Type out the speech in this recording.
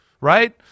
Right